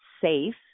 safe